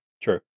true